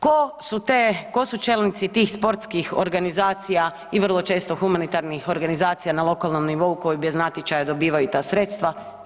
Ko su te, ko su čelnici tih sportskih organizacija i vrlo često humanitarnih organizacija na lokalnom nivou koji bez natječaja dobivaju ta sredstva?